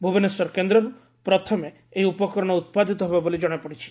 ଭୁବନେଶ୍ୱର କେନ୍ଦ୍ରରୁ ପ୍ରଥମେ ଏହି ଉପକରଣ ଉତ୍ପାଦିତ ହେବ ବୋଲି ଜଣାପଡ଼ିଛି